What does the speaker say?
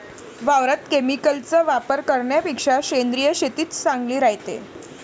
वावरात केमिकलचा वापर करन्यापेक्षा सेंद्रिय शेतीच चांगली रायते